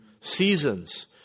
seasons